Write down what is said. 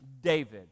David